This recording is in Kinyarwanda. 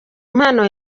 impano